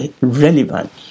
relevant